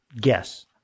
Guess